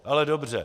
Ale dobře.